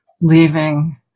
leaving